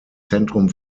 zentrum